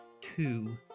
two